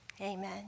Amen